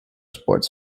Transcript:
sports